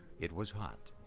it was hot.